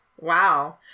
Wow